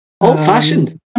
Old-fashioned